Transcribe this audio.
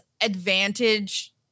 advantage